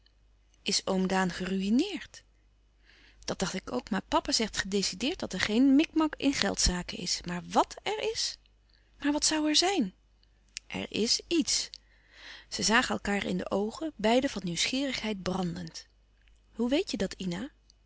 is oom daan geruïneerd dat dacht ik ook maar papa zegt gedecideerd dat er geen micmac in geldzaken is maar wàt er is maar wat zoû er zijn er is ièts zij zagen elkaâr in de oogen beiden van nieuwsgierigheid brandend hoe weet je dat ina